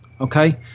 Okay